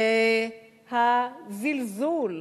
והזלזול,